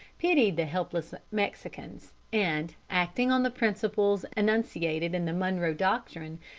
pitied the helpless mexicans, and, acting on the principles enunciated in the monroe doctrine,